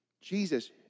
Jesus